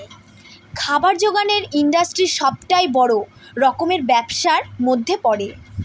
খাবার জোগানের ইন্ডাস্ট্রি সবটাই বড় রকমের ব্যবসার মধ্যে পড়ে